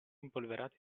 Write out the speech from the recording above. impolverati